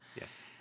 Yes